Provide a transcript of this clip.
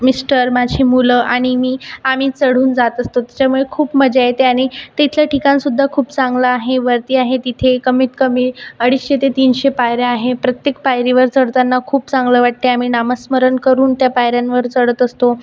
mister माझी मुलं आणि मी आम्ही चढून जात असतो त्याच्यामुळे खूप मजा येते आणि तिथलं ठिकाणसुद्धा खूप चांगलं आहे वरती आहे तिथे कमीतकमी अडीचशे ते तीनशे पायऱ्या आहे प्रत्येक पायरीवर चढताना खूप चांगलं वाटते आम्ही नामस्मरण करून त्या पायऱ्यांवर चढत असतो